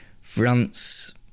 France